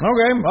Okay